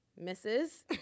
misses